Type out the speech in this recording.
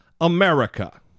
America